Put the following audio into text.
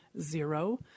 zero